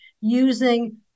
using